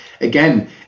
again